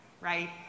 right